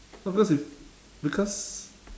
no because if because